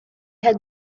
had